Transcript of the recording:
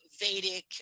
Vedic